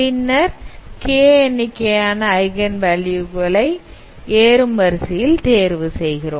பின்னர் k எண்ணிக்கையான eigen value வை ஏறும் வரிசையில் தேர்வு செய்கிறோம்